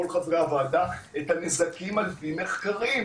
חברי הוועדה את הנזקים על פי מחקרים,